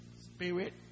Spirit